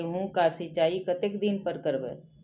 गेहूं का सीचाई कतेक दिन पर करबे?